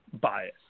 bias